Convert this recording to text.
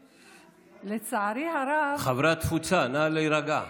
לצערי הרב --- חברי התפוצה, נא להירגע.